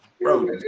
Bro